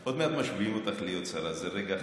עוד מעט משביעים אותך להיות שרה, זה רגע חגיגי.